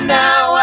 now